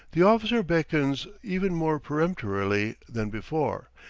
the officer beckons even more peremptorily than before,